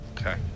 Okay